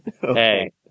Hey